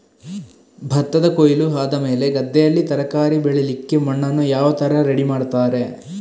ಭತ್ತದ ಕೊಯ್ಲು ಆದಮೇಲೆ ಗದ್ದೆಯಲ್ಲಿ ತರಕಾರಿ ಬೆಳಿಲಿಕ್ಕೆ ಮಣ್ಣನ್ನು ಯಾವ ತರ ರೆಡಿ ಮಾಡ್ತಾರೆ?